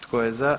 Tko je za?